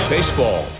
Baseball